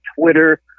Twitter